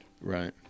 Right